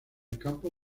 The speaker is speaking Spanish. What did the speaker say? campo